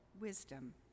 wisdom